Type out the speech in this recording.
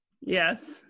Yes